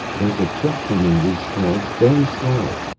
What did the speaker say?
there's a truck coming, rhes rhes called, going slow.